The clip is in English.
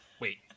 Wait